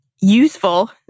useful